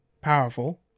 powerful